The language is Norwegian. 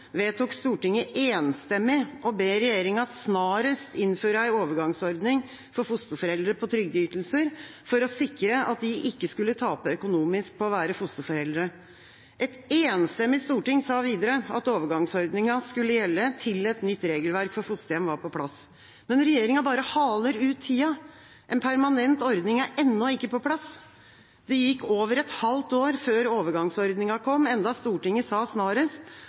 vedtok Stortinget enstemmig å be regjeringa snarest innføre en overgangsordning for fosterforeldre på trygdeytelser, for å sikre at de ikke skulle tape økonomisk på å være fosterforeldre. Et enstemmig storting sa videre at overgangsordningen skulle gjelde til et nytt regelverk for fosterhjem var på plass. Men regjeringa bare haler ut tida. En permanent ordning er ennå ikke på plass. Det gikk over et halvt år før overgangsordningen kom, enda Stortinget sa